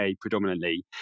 predominantly